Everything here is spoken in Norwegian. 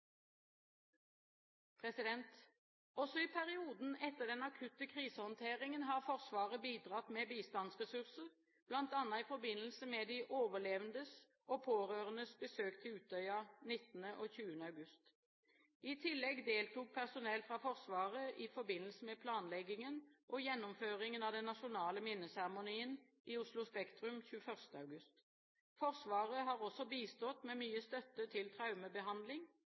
Også i perioden etter den akutte krisehåndteringen har Forsvaret bidratt med bistandsressurser, bl.a. i forbindelse med de overlevendes og pårørendes besøk til Utøya 19. og 20. august. I tillegg deltok personell fra Forsvaret i forbindelse med planleggingen og gjennomføringen av den nasjonale minneseremonien i Oslo Spektrum 21. august. Forsvaret har også bistått med mye støtte til traumebehandling